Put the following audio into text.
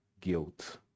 guilt